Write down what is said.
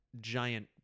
giant